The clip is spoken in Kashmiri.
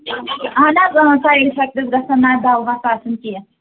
اَہن حظ سایڈ اِفیٚکٹٕس گژھن نہ دَوہَس آسٕنۍ کیٚنٛہہ